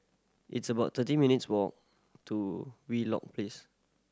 it's about thirty minutes' walk to Wheelock pace